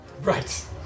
Right